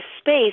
space